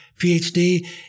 PhD